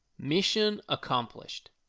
mission accomplished!